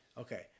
Okay